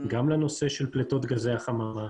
גם לנושא של פליטות גזי חממה,